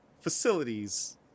facilities